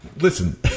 listen